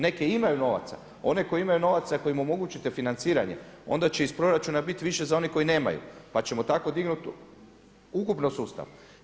Neke imaju novaca, one koje imaju novaca kojima omogućite financiranje onda će iz proračuna biti više za one koje nemaju pa ćemo tako dignuti ukupno sustav.